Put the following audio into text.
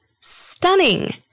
stunning